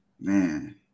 Man